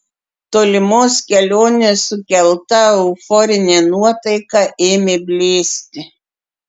tolimos kelionės sukelta euforinė nuotaika ėmė blėsti